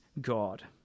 God